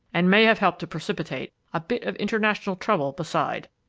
and may have helped to precipitate a bit of international trouble, beside.